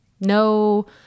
No